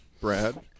Brad